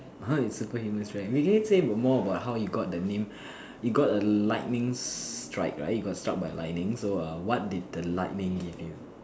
how you get superhuman strength did can you say more about how you got that name you got a lightning strike right you got struck by lightning so err what did the lightning give you